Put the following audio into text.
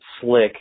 slick